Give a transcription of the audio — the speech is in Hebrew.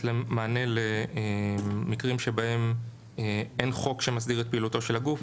מענה למקרים שבהם אין חוק שמסדיר את פעילותו של הגוף,